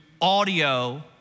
audio